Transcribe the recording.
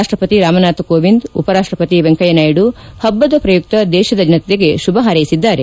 ರಾಷ್ಟ್ರಪತಿ ರಾಮ್ನಾಥ್ ಕೋವಿಂದ್ ಉಪರಾಷ್ಟಪತಿ ವೆಂಕಯ್ಯ ನಾಯ್ದು ಹಬ್ಬದ ಪ್ರಯುಕ್ತ ದೇಶದ ಜನತೆಗೆ ಶುಭ ಹಾರ್ವೆಸಿದ್ಲಾರೆ